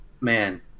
man